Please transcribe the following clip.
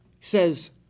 says